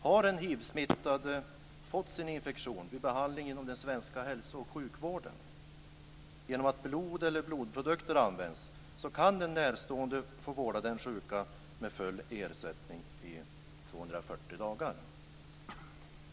Har den hivsmittade fått sin infektion vid behandling inom den svenska hälso och sjukvården genom att blod eller blodprodukteer använts, kan en närstående få vårda den sjuke med full ersättning i 240 dagar.